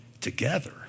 together